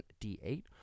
d8